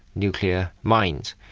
nuclear mines.